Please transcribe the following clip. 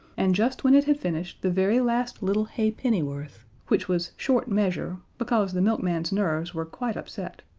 and just when it had finished the very last little halfpenny worth, which was short measure, because the milkman's nerves were quite upset,